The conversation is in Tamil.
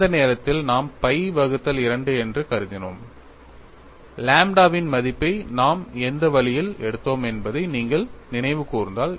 அந்த நேரத்தில் நாம் pi வகுத்தல் 2 என்று கருதினோம் லாம்ப்டாவின் மதிப்பை நாம் எந்த வழியில் எடுத்தோம் என்பதை நீங்கள் நினைவு கூர்ந்தால்